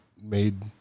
made